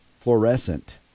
fluorescent